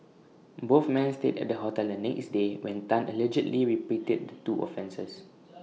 both men stayed at the hotel the next day when Tan allegedly repeated the two offences